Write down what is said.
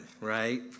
right